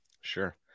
Sure